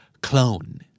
clone